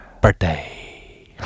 Birthday